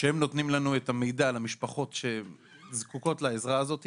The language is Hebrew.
שהם נותנים לנו את המידע על המשפחות שזקוקות לעזרה הזאת,